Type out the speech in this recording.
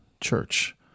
church